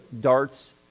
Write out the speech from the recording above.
darts